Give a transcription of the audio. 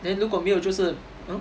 then 如果没有就是 !huh!